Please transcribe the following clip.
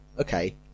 okay